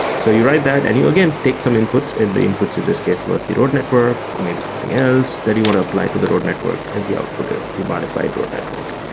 so you write that and and you again take some input. the input to this case was the road network. maybe something else that you want to apply to the road network and the output is the modified road network.